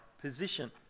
position